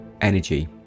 Energy